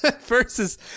Versus